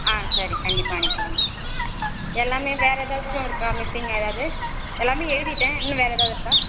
ஆ சரி கண்டிப்பாக அனுப்பிவிட்றேங்க எல்லாமே வேறு ஏதாச்சும் இருக்கா மிஸ்ஸிங்கா எதாவது எல்லாமே எழுதிட்டேன் இன்னும் வேறு எதாவது இருக்கா